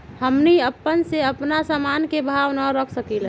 हमनी अपना से अपना सामन के भाव न रख सकींले?